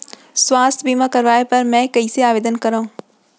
स्वास्थ्य बीमा करवाय बर मैं कइसे आवेदन करव?